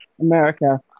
America